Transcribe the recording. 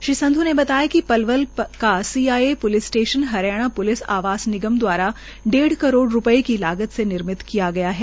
श्री संध् ने बताया कि CIA police station Haryana police आवास द्वारा डेढ़ करोड़ रूपये की लागत से निर्मित कियागया है